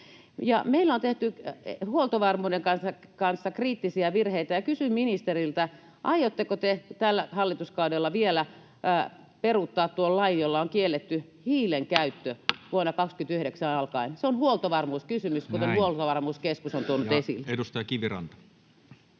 Meillä on tehty huoltovarmuuden kanssa kriittisiä virheitä, ja kysyn ministeriltä: Aiotteko te tällä hallituskaudella vielä peruuttaa tuon lain, jolla on kielletty hiilen käyttö alkaen vuonna 2029? Se on huoltovarmuuskysymys, kuten Huoltovarmuuskeskus on tuonut esiin. Näin. — Ja edustaja Kiviranta.